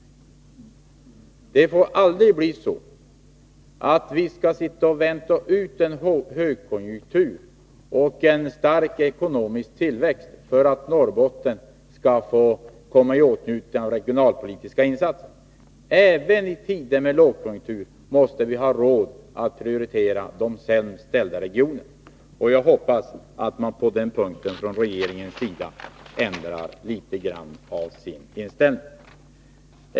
Det får aldrig bli så att vi skall sitta och vänta ut en högkonjunktur och en stark ekonomisk tillväxt för att Norrbotten skall få komma i åtnjutande av regionalpolitiska insatser. Även i tider med lågkonjunktur måste vi ha råd att prioritera de sämst ställda regionerna, och jag hoppas att regeringen på den punkten ändrar sin inställning.